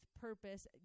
purpose